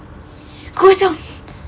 kau macam